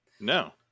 No